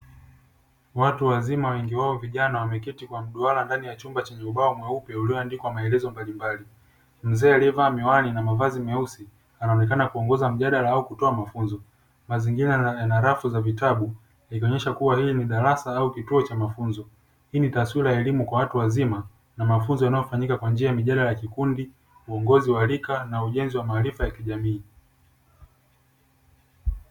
Watu wazima wengi wao vijana wamekaa kwa mduara kwenye chumba chenye ubao mweupe ulioandikwa maelezo mbalimbali mzee aliyevaa miwani na mavazi meusi anaonekana akiongoza mjadala au kutoa mafunzo. Mazingira yana rafu za vitabu yakionyesha kuwa hili ni darasa au kituo cha mafunzo. Hii ni taswira ya elimu kwa watu wazima na mafunzo yanayofanyika kwa njia ya mijadala ya vikundi, uongozi wa rika na ujenzi wa maarifa ya kijamii.